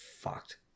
fucked